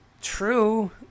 True